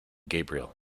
gabriel